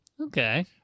Okay